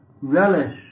relish